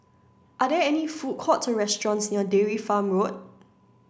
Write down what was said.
are there food courts or restaurants near Dairy Farm Road